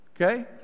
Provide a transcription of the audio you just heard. Okay